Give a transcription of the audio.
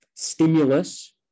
Stimulus